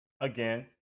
Again